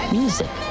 music